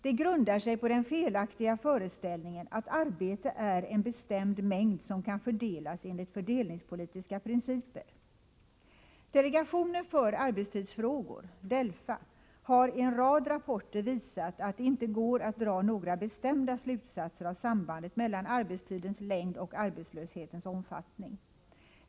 Det grundar sig på den felaktiga föreställningen att arbete är en bestämd mängd som kan fördelas enligt fördelningspolitiska principer. Delegationen för arbetstidsfrågor, DELFA, har i en rad rapporter visat att det inte går att dra några bestämda slutsatser beträffande sambandet mellan arbetstidens längd och arbetslöshetens omfattning.